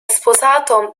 sposato